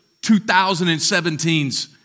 2017s